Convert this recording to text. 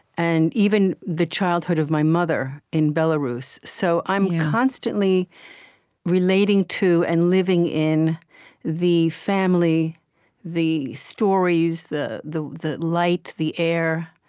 and even the childhood of my mother in belarus. so i'm constantly relating to and living in the family the stories, the the light, the air,